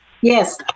Yes